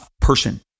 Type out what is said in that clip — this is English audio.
person